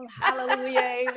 hallelujah